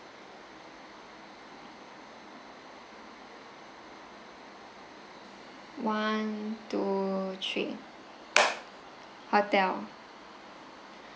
one two three hotel